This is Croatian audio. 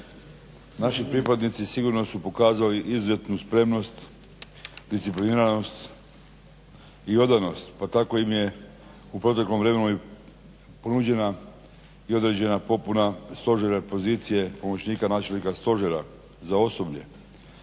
Naši pripadnici sigurno su pokazali izuzetnu spremnost discipliniranost i odanost, pa tako im je u proteklom vremenu i ponuđena određena popuna stožera pozicije pomoćnika načelnika stožera za osoblje.